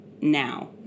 now